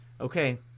okay